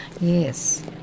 Yes